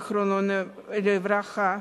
זיכרונו לברכה,